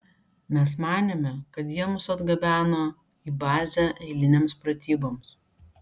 mes manėme kad jie mus atgabeno į bazę eilinėms pratyboms